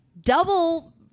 double